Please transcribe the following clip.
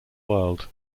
world